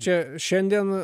čia šiandien